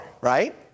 right